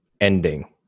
ending